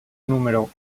número